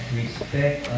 respect